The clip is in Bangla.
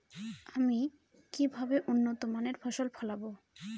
আমি কিভাবে উন্নত মানের ফসল ফলাব?